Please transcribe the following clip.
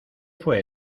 fue